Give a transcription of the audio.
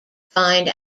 find